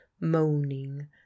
moaning